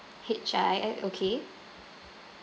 H I A okay